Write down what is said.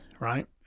right